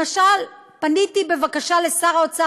למשל: פניתי בבקשה לשר האוצר,